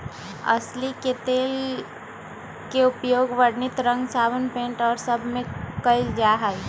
अलसी के तेल के उपयोग वर्णित रंग साबुन पेंट और सब में कइल जाहई